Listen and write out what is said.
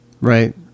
Right